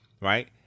right